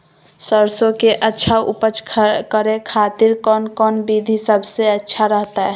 सरसों के अच्छा उपज करे खातिर कौन कौन विधि सबसे अच्छा रहतय?